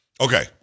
Okay